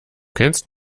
kennst